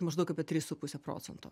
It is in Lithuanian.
maždaug apie tris su puse procento